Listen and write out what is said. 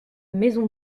maison